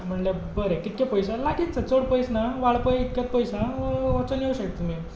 हांवें म्हणलें बरें कितके पयस आहा लागींच आहा चड पयस ना वाळपय इतकेंच पयस वचून येवूंक शकता तुमी